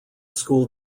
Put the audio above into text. school